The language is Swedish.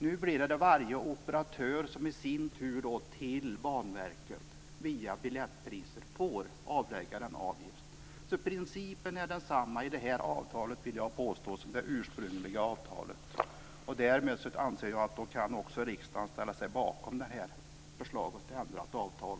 Nu blir det varje operatör som tar ut den via biljettpriser och i sin tur avlägger denna avgift till Jag vill påstå att principen är densamma i det här avtalet som i det ursprungliga avtalet. Därmed kan också riksdagen ställa sig bakom förslaget till ändrat avtal.